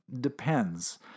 depends